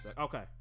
Okay